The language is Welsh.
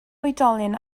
oedolyn